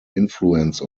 influence